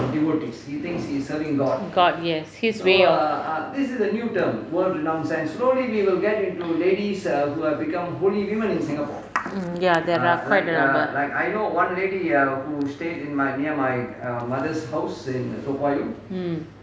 god yes his way of mm ya there are quite a number mm